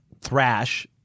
Thrash